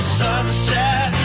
sunset